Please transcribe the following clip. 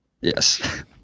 yes